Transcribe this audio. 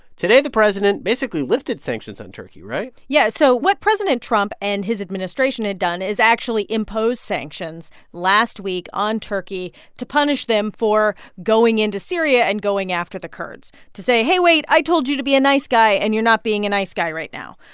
today the president basically lifted sanctions on turkey, right? yeah. so what president trump and his administration had done is actually impose sanctions last week on turkey to punish them for going into syria and going after the kurds, to say hey, wait, i told you to be a nice guy, and you're not being a nice guy right now.